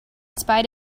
spite